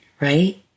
right